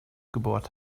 gebohrt